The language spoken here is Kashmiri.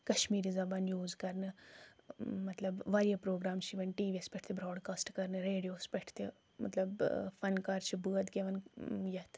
کشمیری زبان یوز کرنہٕ مطلب واریاہ پروگرام چھِ یِوان ٹی وی یس پٮ۪ٹھ تہِ بروڈکاسٹہٕ کرنہٕ ریڈیو وس پٮ۪ٹھ تہِ مطلب فنکار چھِ بٲتھ گیٚوان یتھ